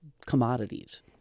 commodities